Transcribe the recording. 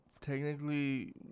technically